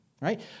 right